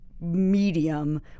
medium